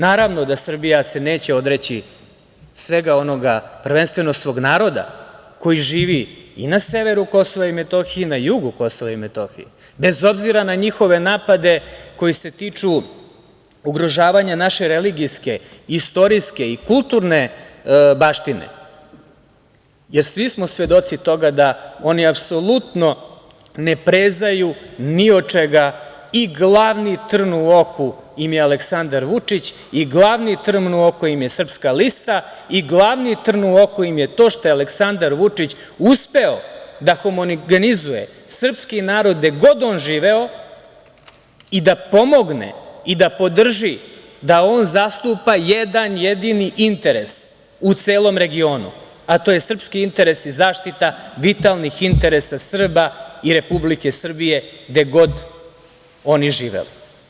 Naravno da se Srbija neće odreći svega onoga, prvenstveno svog naroda koji živi i na severu KiM i na jugu KiM, bez obzira na njihove napade koji se tiču ugrožavanja naše religijske, istorijske i kulturne baštine, jer svi smo svedoci toga da oni apsolutno ne prezaju ni od čega i glavni trn u oku im je Aleksandar Vučić i glavni trn u oku im je Srpska lista i glavni trn u oku im je to što je Aleksandar Vučić uspeo da homogenizuje srpski narod gde god oni živeo i da pomogne i podrži, da on zastupa jedan jedini interes u celom regionu, a to je srpski interes i zaštita vitalnih interesa Srba i Republike Srbije gde god oni živeli.